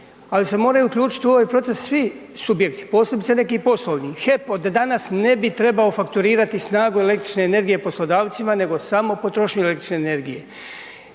Ali se moraju uključiti u ovaj proces svi subjekti, posebice neki poslovni. HEP od danas ne bi trebao fakturirati snagu električne energije poslodavcima, nego samo potrošnju električne energije.